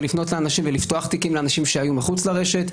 ולפנות לאנשים ולפתוח תיקים לאנשים שהיו מחוץ לרשת,